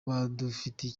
badufitiye